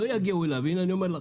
לא יגיעו אליו, הנה אני אומר לכם,